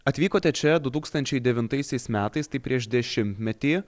atvykote čia du tūkstančiai devintaisiais metais tai prieš dešimtmetį